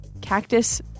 Cactus